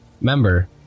member